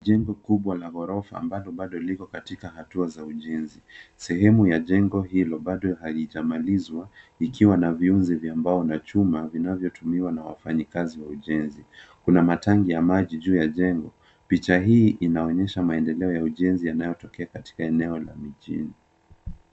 Jengo kubwa la ghorofa ambalo bado liko katika hatua za ujenzi, sehemu ya jengo hilo bado halija malizwa likiwa na viuzi vya mbao na chuma vinavyo tumiwa na wafanyakazi wa ujenzi. Kuna matangi ya maji juu ya jengo. Picha hii inaonyesha maendeleo ya ujenzi yanayo tokea katika eneo la mijini.